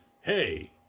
hey